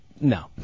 No